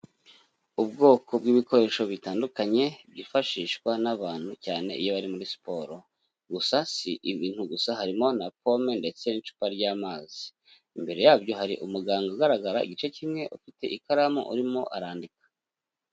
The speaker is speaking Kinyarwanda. Ubwoko bw'ibikoresho bitandukanye byifashishwa n'abantu cyane iyo bari muri siporo, gusa si ibintu gusa harimo na pome ndetse n'icupa ry'amazi, imbere yabyo hari umuganga ugaragara igice kimwe ufite ikaramu, urimo arandika.